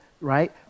right